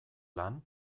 lan